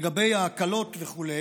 לגבי ההקלות וכו',